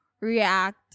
react